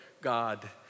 God